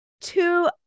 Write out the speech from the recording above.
two